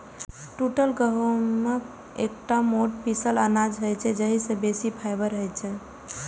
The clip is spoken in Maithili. टूटल गहूम एकटा मोट पीसल अनाज होइ छै, जाहि मे बेसी फाइबर होइ छै